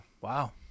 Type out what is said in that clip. Wow